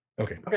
Okay